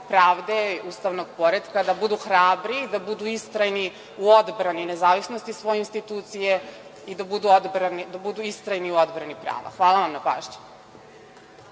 pravde, ustavnog poretka, da budu hrabri, da budu istrajni u odbrani nezavisnosti svoje institucije i da budu istrajni u odabrani nezavisnosti svoje